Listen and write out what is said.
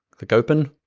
click open,